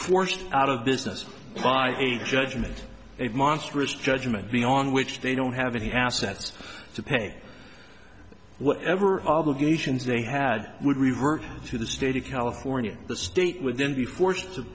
forced out of business by a judgment a monstrous judgment going on which they don't have any assets to pay whatever obligations they had would revert to the state of california the state would then be forced to